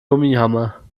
gummihammer